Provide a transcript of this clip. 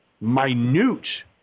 minute